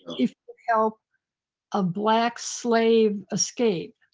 if you help a black slave escape,